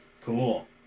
Cool